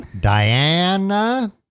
Diana